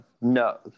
No